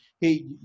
Hey